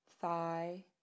thigh